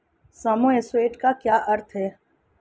सम assured का क्या अर्थ है?